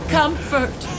comfort